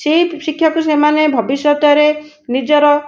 ସେଇ ଶିକ୍ଷାକୁ ସେମାନେ ଭବିଷ୍ୟତରେ ନିଜର